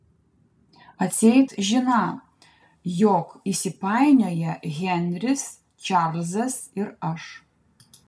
atseit žiną jog įsipainioję henris čarlzas ir aš